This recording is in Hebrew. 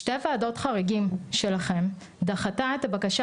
שתי וועדות חריגים שלכם דחו את הבקשה